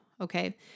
Okay